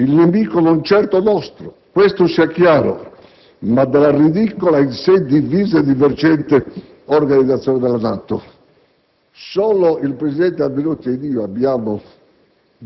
il nemico non certo nostro, questo sia chiaro, ma della ridicola ed in sé divisa e divergente organizzazione della NATO? Solo il presidente Andreotti ed io abbiamo